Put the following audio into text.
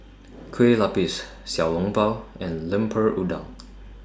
Kueh Lapis Xiao Long Bao and Lemper Udang